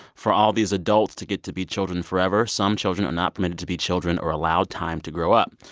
for all these adults to get to be children forever, some children are not permitted to be children or allow time to grow up.